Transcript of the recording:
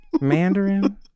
Mandarin